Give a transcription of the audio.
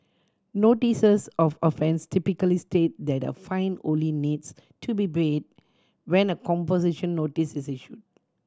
notices of offence typically state that a fine only needs to be paid when a composition notice is issued